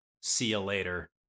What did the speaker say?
see-you-later